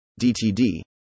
DTD